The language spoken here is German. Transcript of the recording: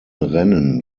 rennen